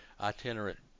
itinerant